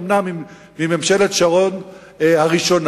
אומנם עם ממשלת שרון הראשונה,